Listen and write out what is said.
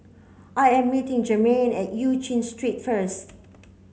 I am meeting Jermain at Eu Chin Street first